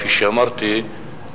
כפי שאמרתי,